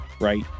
right